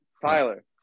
tyler